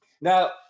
Now